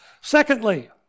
Secondly